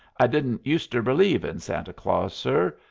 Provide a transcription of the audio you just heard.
i didn't useter believe in santa claus, sir,